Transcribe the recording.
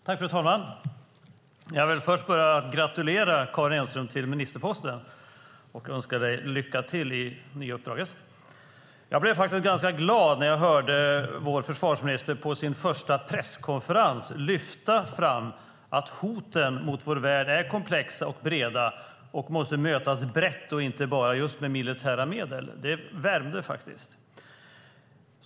Fru talman! Jag vill först börja med att gratulera Karin Enström till ministerposten och önska dig lycka till i det nya uppdraget. Jag blev glad när jag hörde vår försvarsminister på sin första presskonferens lyfta fram att hoten mot vår värld är komplexa och breda och måste mötas brett och inte bara med militära medel. Det värmde.